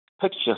picture